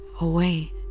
away